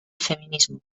feminismo